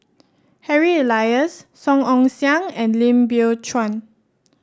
Harry Elias Song Ong Siang and Lim Biow Chuan